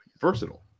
versatile